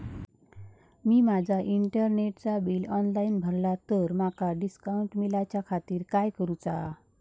मी माजा इंटरनेटचा bill online भरला तर माका डिस्काउंट मिलाच्या खातीर काय करुचा?